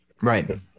Right